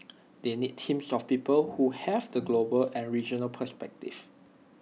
they need teams of people who have the global and regional perspective